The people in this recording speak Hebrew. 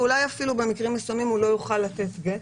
ואולי אפילו במקרים מסוימים הוא לא יוכל לתת גט.